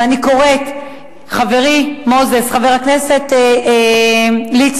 ואני קוראת, חברי מוזס, חבר הכנסת ליצמן,